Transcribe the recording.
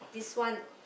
this one